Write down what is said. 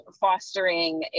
fostering